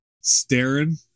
staring